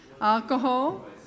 Alcohol